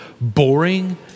boring